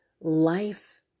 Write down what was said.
life